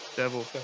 Devil